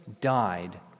died